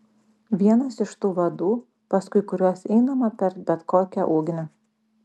vienas iš tų vadų paskui kuriuos einama per bet kokią ugnį